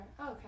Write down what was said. okay